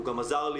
הוא גם עזר לי,